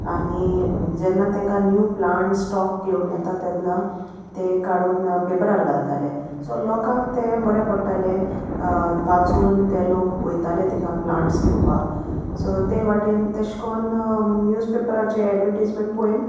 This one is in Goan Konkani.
आनी जेन्ना तांकां न्यू प्लांट्स स्टॉक घेवन येता तेन्ना ते काडून पेपरार घालताले सो लोकांक ते बरें पडटाले वाचून ते लोक वयताले तिंगा प्लांट्स घेवपाक सो ते वाटेन तेश कोन न्यूज पेपराचे एडवर्टीजमेंट पळोयन